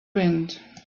wind